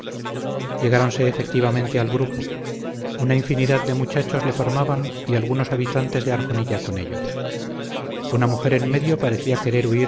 males llegáronse efectivamente al grupo una infinidad de muchachos le formaban y algunos habitantes de arjonilla con ellos una mujer en medio parecía querer